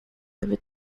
over